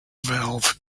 valve